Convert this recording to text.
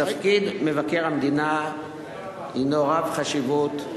תפקיד מבקר המדינה הינו רב-חשיבות,